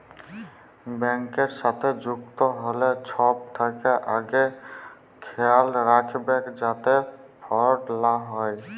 ব্যাংকের সাথে যুক্ত হ্যলে ছব থ্যাকে আগে খেয়াল রাইখবেক যাতে ফরড লা হ্যয়